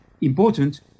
important